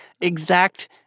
exact